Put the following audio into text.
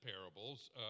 parables